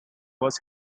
was